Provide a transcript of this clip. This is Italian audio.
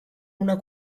una